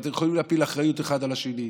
ואתם יכולים להפיל אחריות אחד על השני,